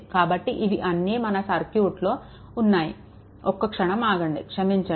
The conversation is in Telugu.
కాబట్టి ఇవి అన్నీ ఈ సర్క్యూట్లో ఉన్నాయి ఒక్క క్షణం ఆగండి క్షమించండి